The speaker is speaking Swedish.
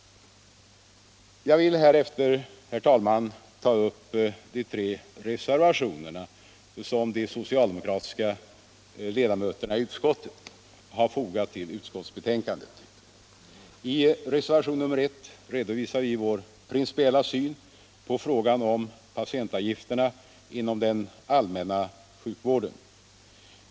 Jag vill härefter, herr talman, ta upp de tre reservationer som de socialdemokratiska ledamöterna i utskottet har fogat till utskottsbetänkandet. I reservationen 1 redovisar vi vår principiella syn på frågan om patientavgifterna inom den allmänna sjukvården.